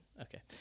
Okay